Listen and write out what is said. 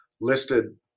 listed